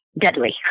deadly